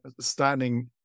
standing